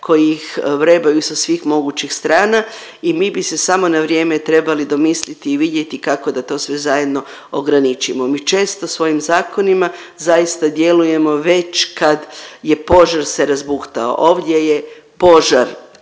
koji ih vrebaju sa svih mogućih strana i mi bi se samo na vrijeme trebali domisliti i vidjeti kako da to sve zajedno ograničimo. Mi često svojim zakonima zaista djelujemo već kad je požar se razbuktao, ovdje je požar